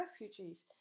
refugees